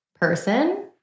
person